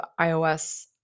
iOS